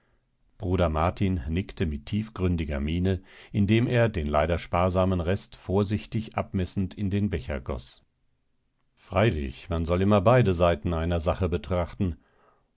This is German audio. bruder martin nickte mit tiefgründiger miene indem er den leider sparsamen rest vorsichtig abmessend in den becher goß freilich man soll immer beide seiten einer sache betrachten